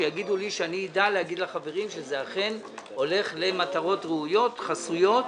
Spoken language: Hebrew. שיגידו לי שאדע להגיד לחברים שזה אכן הולך למטרות ראויות חסויות,